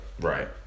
Right